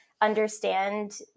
understand